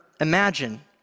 imagine